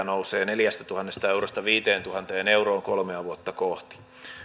nousee neljästätuhannesta eurosta viiteentuhanteen euroon kolmea vuotta kohti